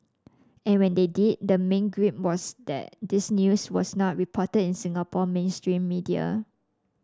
and when they did the main gripe was that this news was not reported in Singapore mainstream media